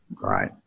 Right